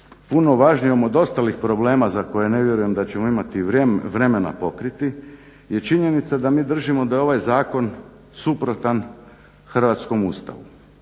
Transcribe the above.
puno važnijom od ostalih problema za koje ne vjerujem da ćemo imati vremena pokriti je činjenica da mi držimo da je ovaj zakon suprotan hrvatskom Ustavu,